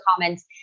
comments